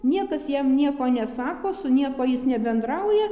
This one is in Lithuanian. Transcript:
niekas jam nieko nesako su niekuo jis nebendrauja